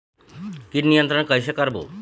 कीट नियंत्रण कइसे करबो?